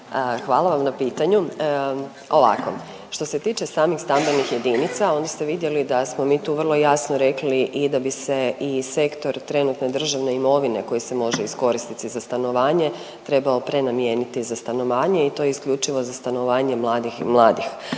Hvala vam na pitanju. Ovako, što se tiče samih stambenih jedinica, ovda ste vidjeli da smo mi tu vrlo jasno rekli i da bi se i sektor trenutne državne imovine koji se može iskoristiti za stanovanje trebao prenamijeniti za stanovanje, i to isključivo za stanovanje mladih i mladih